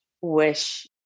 wish